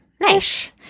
Nice